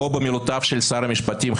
או במילותיו של שר המשפטים,